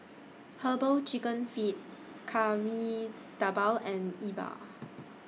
Herbal Chicken Feet Kari Debal and Yi Bua